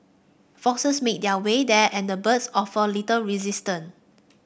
foxes made their way there and the birds offered little resistance